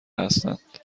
هستند